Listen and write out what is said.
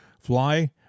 fly